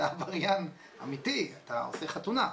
אתה עבריין אמיתי, אתה עושה חתונה.